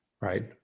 right